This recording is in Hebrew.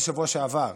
מפרציות זה שבוע שעבר.